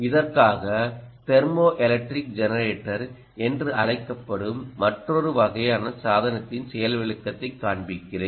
இதற்காக thermoelectric generator என்று அழைக்கப்படும் மற்றொரு வகையான சாதனத்தின் செயல்விளக்கத்தைக் காண்பிக்கிறேன்